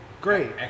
great